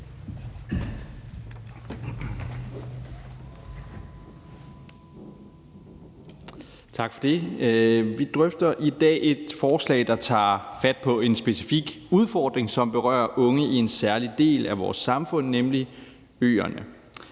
Tak for det. Vi drøfter i dag et forslag, der tager fat på en specifik udfordring, som berører unge i en særlig del af vores samfund, nemlig øerne.